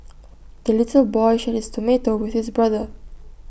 the little boy shared his tomato with his brother